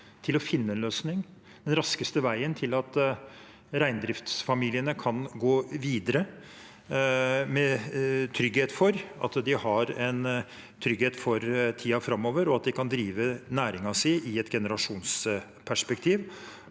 til å finne en løsning, den raskeste veien til at reindriftsfamiliene kan gå videre med trygghet for tiden framover, og at de kan drive næringen sin i et generasjonsperspektiv,